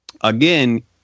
again